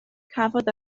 cafodd